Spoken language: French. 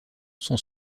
sont